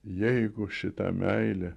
jeigu šita meilė